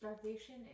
Starvation